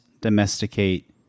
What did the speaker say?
domesticate